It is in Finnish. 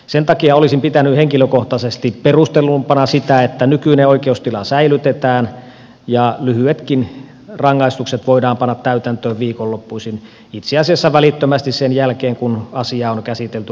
sen takia olisin pitänyt henkilökohtaisesti perustellumpana sitä että nykyinen oikeustila säilytetään ja lyhyetkin rangaistukset voidaan panna täytäntöön viikonloppuisin itse asiassa välittömästi sen jälkeen kun asia on käsitelty asianmukaisesti